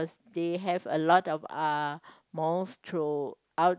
they have a lot of uh malls throughout